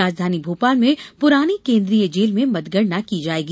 राजधानी भोपाल में पुरानी केन्द्रीय जेल में मतगणना की जायेगी